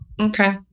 Okay